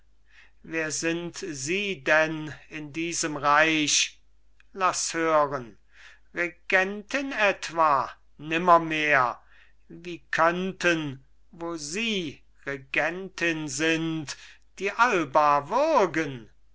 wer sind sie denn in diesem reich laß hören regentin etwa nimmermehr wie könnten wo sie regentin sind die alba würgen